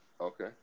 okay